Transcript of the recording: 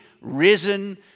risen